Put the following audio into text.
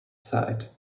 site